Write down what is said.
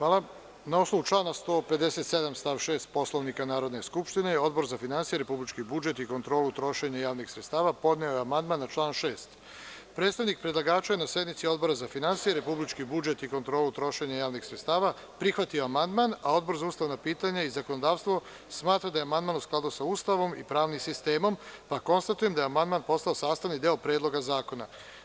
Na osnovu člana 157. stav 6. Poslovnika Narodne skupštine Odbor za finansije, republički budžet i kontrolu trošenja javnih sredstava podneo je amandman na član 6. Predstavnik predlagača je na sednici Odbora za finansije, republički budžet i kontrolu trošenja javnih sredstava prihvatio amandman, a Odbor za ustavna pitanja i zakonodavstvo smatra da je amandman u skladu sa Ustavom i pravnim sistemom, pa konstatujem da je amandman postao sastavni deo Predloga zakona.